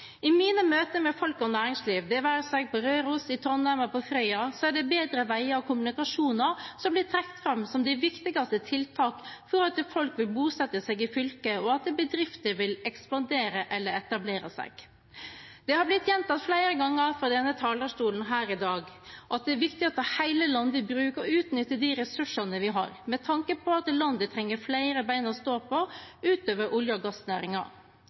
I mine møter med folk og næringsliv, det være seg på Røros, i Trondheim eller på Frøya, er det bedre veier og kommunikasjon som blir trukket fram som de viktigste tiltakene for at folk vil bosette seg i fylket, og for at bedrifter vil ekspandere eller etablere seg. Det har blitt gjentatt flere ganger fra denne talerstolen i dag at det er viktig å ta hele landet i bruk og utnytte de ressursene vi har, med tanke på at landet trenger flere ben å stå på utover olje- og